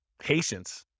Patience